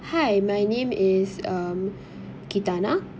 hi my name is um chatana